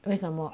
为什么